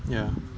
ya